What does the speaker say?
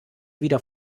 wieder